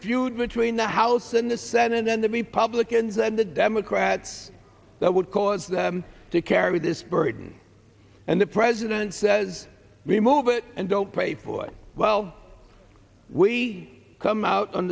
feud between the house and the senate and the republicans and the democrats that would cause them to carry this burden and the president says remove it and don't pay for it well we come out on